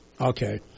Okay